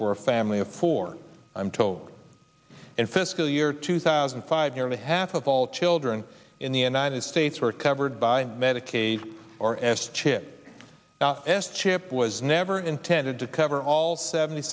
for a family of four i'm told in fiscal year two thousand and five nearly half of all children in the united states were covered by medicaid or s chip s chip was never intended to cover all seventy